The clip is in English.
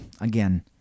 again